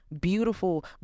beautiful